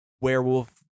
werewolf